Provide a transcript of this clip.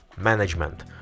management